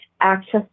access